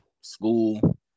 school